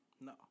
No